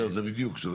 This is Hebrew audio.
זהו, בדיוק.